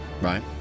Right